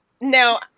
now